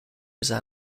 user